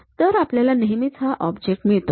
तर आपल्याला नेहमीच हा ऑब्जेक्ट मिळतो